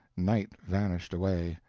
night vanished away,